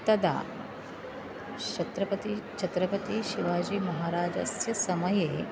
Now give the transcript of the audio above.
तदा छत्रपतिः छत्रपतिशिवाजीमहाराजस्य समये